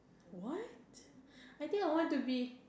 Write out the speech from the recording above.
what I think I want to be